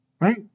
right